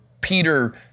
Peter